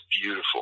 beautiful